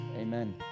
Amen